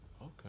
okay